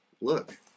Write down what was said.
look